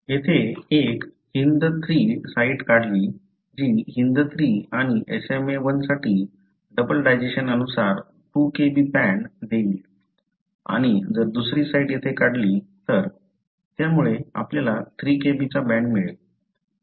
येथे एक HindIII site काढली जी HindIII आणि SmaI साठी डबल डायजेशन्स अनुसार 2 Kb बँड देईल आणि जर दुसरी साइट येथे काढली तर त्यामुळे आपल्याला 3 Kb चा बँड मिळेल